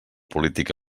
polític